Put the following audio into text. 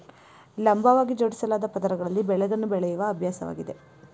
ಲಂಬವಾಗಿ ಜೋಡಿಸಲಾದ ಪದರಗಳಲ್ಲಿ ಬೆಳೆಗಳನ್ನು ಬೆಳೆಯುವ ಅಭ್ಯಾಸವಾಗಿದೆ